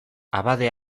abade